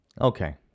Okay